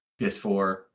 PS4